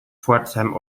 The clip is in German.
pforzheim